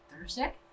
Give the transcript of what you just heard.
Thursday